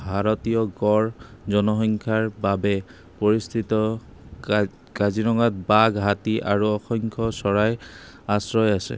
ভাৰতীয় গড় জনসংখ্যাৰ বাবে পৰিস্থিত কাজিৰঙাত বাঘ হাতী আৰু অসংখ্য চৰাই আশ্ৰয় আছে